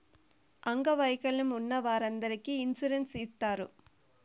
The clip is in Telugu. అంగవైకల్యం ఉన్న వారందరికీ ఇన్సూరెన్స్ ఇత్తారు